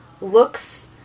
looks